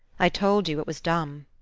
i told you it was dumb.